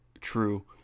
true